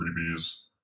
freebies